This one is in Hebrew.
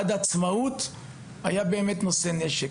עד יום העצמאות היה באמת מלווה נשק